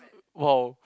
!wow!